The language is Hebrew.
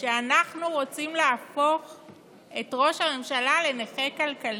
שאנחנו רוצים להפוך את ראש הממשלה לנכה כלכלית,